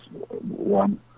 one